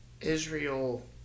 Israel